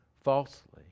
falsely